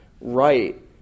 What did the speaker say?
right